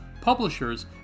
publishers